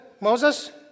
Moses